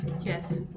Yes